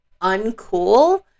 uncool